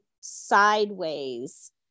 sideways